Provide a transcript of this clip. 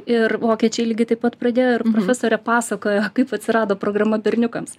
ir vokiečiai lygiai taip pat pradėjo profesorė pasakojo kaip atsirado programa berniukams